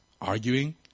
arguing